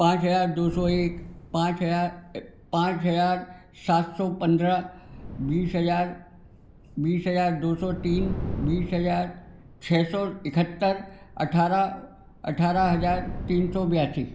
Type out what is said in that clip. पाँच हज़ार दो सौ एक पाँच हज़ार पाँच हज़ार सात सौ पंद्रह बीस हज़ार बीस हज़ार दो सौ तीन बीस हज़ार छः सौ इकहत्तर अठारह अठारह हज़ार तीन सौ बयासी